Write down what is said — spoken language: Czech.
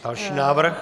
Další návrh.